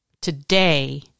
Today